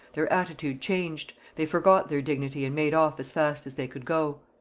their attitude changed they forgot their dignity and made off as fast as they could go.